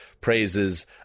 praises